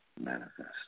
manifest